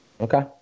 Okay